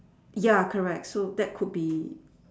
ya correct so that could be